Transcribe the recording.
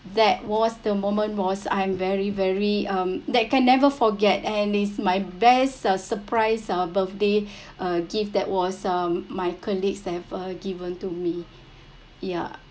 that was the moment was I'm very very um that can never forget and it's my best uh surprise uh birthday uh gift that was um my colleagues have uh given to me ya